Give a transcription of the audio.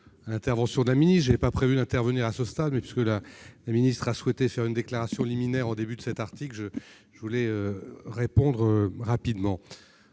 Je n'avais pas prévu d'intervenir à ce stade, mais, puisque Mme la ministre a souhaité faire une déclaration liminaire sur cet article, je veux répondre rapidement.